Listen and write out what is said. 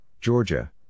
Georgia